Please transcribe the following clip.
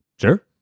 Sure